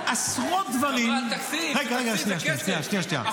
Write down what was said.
עשרות דברים --- אבל תקציב, תקציב זה כסף.